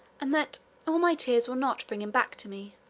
and that all my tears will not bring him back to me,